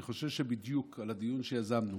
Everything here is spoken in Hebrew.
ואני חושב שבדיוק על הדיון שיזמנו